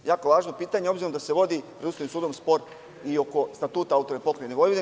Jako važno pitanje, obzirom da se vodi pred Ustavnim sudom spor i oko Statuta AP Vojvodine.